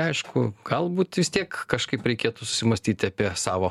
aišku galbūt vis tiek kažkaip reikėtų susimąstyti apie savo